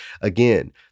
Again